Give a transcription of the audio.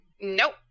Nope